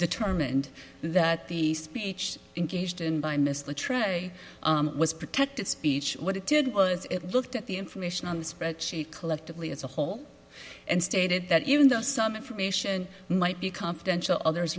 determined that the speech engaged in by mr trey was protected speech what it did was it looked at the information on the spreadsheet collectively as a whole and stated that even though some information might be confidential others